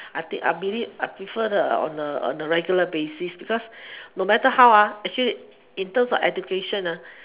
I think I mean it I prefer the on a on a regular basis because no matter how actually in terms of education lah